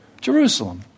Jerusalem